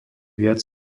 viac